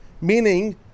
Meaning